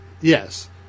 Yes